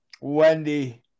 Wendy